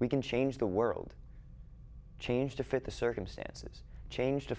we can change the world change to fit the circumstances change to